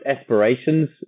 aspirations